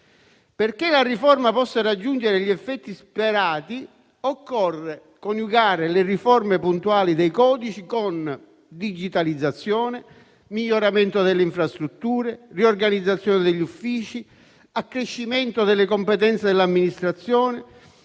perché la riforma possa raggiungere gli effetti sperati, occorre coniugare le riforme puntuali dei codici con digitalizzazione, miglioramento delle infrastrutture, riorganizzazione degli uffici, accrescimento delle competenze dell'amministrazione,